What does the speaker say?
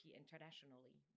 internationally